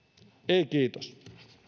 ei kiitos